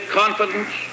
confidence